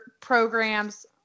programs